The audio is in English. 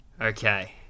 Okay